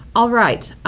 all right,